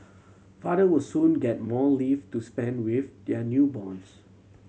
father will soon get more leave to spend with their newborns